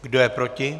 Kdo je proti?